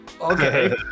okay